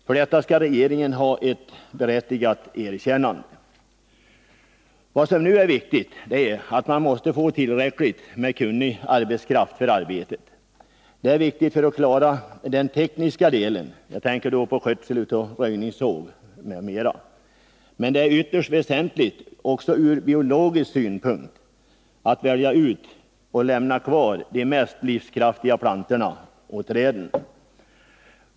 För detta skall regeringen ha ett berättigat erkännande. Vad som nu är viktigt är att man måste få tillräckligt med kunnig arbetskraft för arbetet. Det är viktigt för att klara den tekniska delen — jag tänker då på skötsel av röjningssåg m.m. — men det är ytterst väsentligt också ur biologisk synpunkt, för att kunna välja ut och lämna kvar de mest livskraftiga plantorna och träden.